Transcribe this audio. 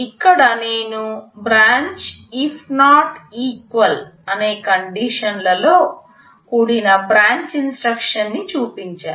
ఇక్కడ నేను branch if not equal అనే కండిషనల్తో కూడిన బ్రాంచ్ ఇన్స్ట్రక్షన్ చూపించాను